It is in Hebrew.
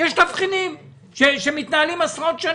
יש תבחינים שמתנהלים עשרות שנים.